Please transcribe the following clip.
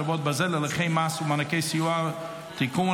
חרבות ברזל) (הליכי מס ומענקי סיוע) (תיקון,